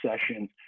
sessions